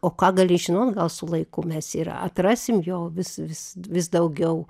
o ką gali žinot gal su laiku mes ir atrasim jo vis vis vis daugiau